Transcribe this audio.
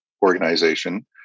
organization